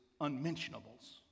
unmentionables